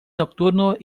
nocturnos